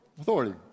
Authority